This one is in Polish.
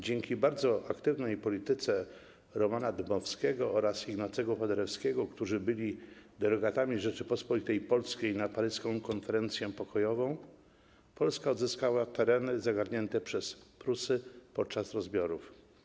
Dzięki bardzo aktywnej polityce Romana Dmowskiego oraz Ignacego Paderewskiego, którzy byli delegatami Rzeczypospolitej Polskiej na paryską konferencję pokojową, Polska odzyskała tereny zagarnięte przez Prusy podczas rozbiorów.